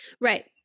right